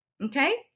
Okay